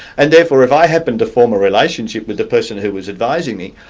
and therefore if i happened to form a relationship with the person who was advising me,